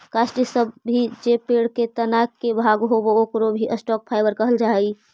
काष्ठ इ सब भी जे पेड़ के तना के भाग होवऽ, ओकरो भी स्टॉक फाइवर कहल जा हई